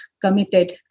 committed